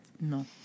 No